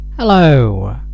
Hello